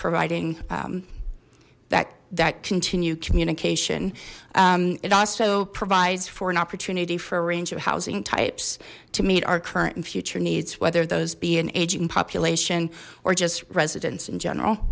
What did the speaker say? providing that that continued communication it also provides for an opportunity for a range of housing types to meet our current and future needs whether those be an aging population or just residents in general